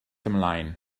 ymlaen